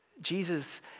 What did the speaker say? Jesus